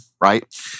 right